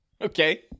Okay